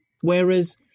Whereas